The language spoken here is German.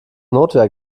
notwehr